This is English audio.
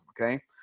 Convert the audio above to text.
okay